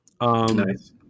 Nice